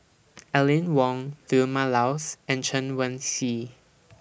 Aline Wong Vilma Laus and Chen Wen Hsi